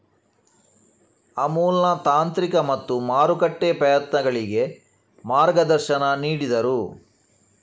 ಅಮುಲ್ನ ತಾಂತ್ರಿಕ ಮತ್ತು ಮಾರುಕಟ್ಟೆ ಪ್ರಯತ್ನಗಳಿಗೆ ಮಾರ್ಗದರ್ಶನ ನೀಡಿದರು